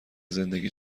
زندگی